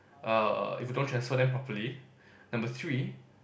uh if you don't transfer them properly number three